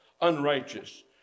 unrighteous